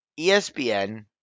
ESPN